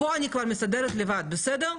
פה אני כבר מסתדרת לבד, בסדר?